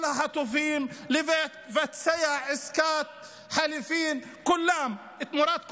החטופים ולבצע עסקת חליפין של כולם תמורת כולם,